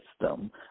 system